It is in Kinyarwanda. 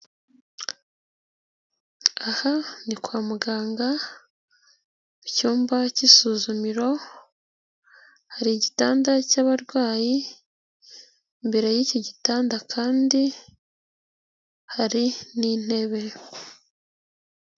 Aha ni kwa muganga icyumba k'isuzumiro, hari igitanda cy'abarwayi, imbere y'iki gitanda kandi hari n'intebe.